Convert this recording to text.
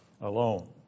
alone